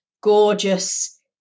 gorgeous